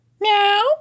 Meow